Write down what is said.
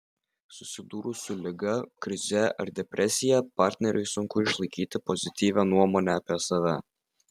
susidūrus su liga krize ar depresija partneriui sunku išlaikyti pozityvią nuomonę apie save